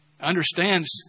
understands